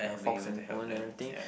your forks and spoon and everything